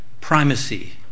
primacy